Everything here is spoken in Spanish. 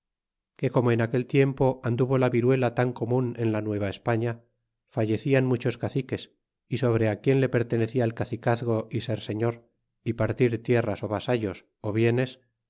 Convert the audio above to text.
que como en aquel tiempo anduvo la viruela tan comun en la nueva españa fallecian muchos caciques y sobre quien le pertenecia el cacicazgo y ser señor y partir tierras ó vasallos ó bienes